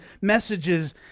messages